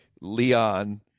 leon